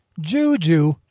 juju